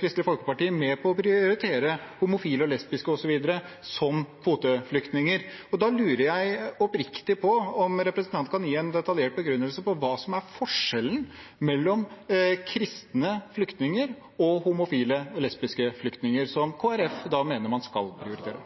Kristelig Folkeparti med på å prioritere homofile og lesbiske osv. som kvoteflyktninger. Da lurer jeg oppriktig på: Kan representanten gi en detaljert begrunnelse for hva forskjellen er mellom kristne flyktninger og homofile/lesbiske flyktninger, som Kristelig Folkeparti mener man skal prioritere?